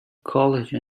college